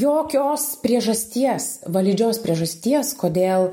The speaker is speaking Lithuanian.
jokios priežasties validžios priežasties kodėl